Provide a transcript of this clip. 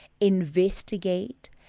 investigate